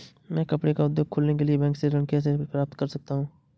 मैं कपड़े का उद्योग खोलने के लिए बैंक से ऋण कैसे प्राप्त कर सकता हूँ?